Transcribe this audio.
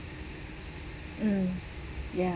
mm ya